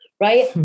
right